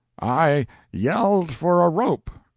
i yelled for a rope.